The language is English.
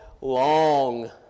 long